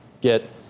get